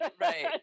Right